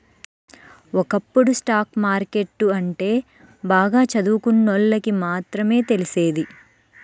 ఒకప్పుడు stock market అంటే బాగా చదువుకున్నోళ్ళకి మాత్రమే తెలిసేది